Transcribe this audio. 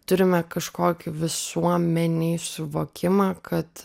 turime kažkokį visuomenėj suvokimą kad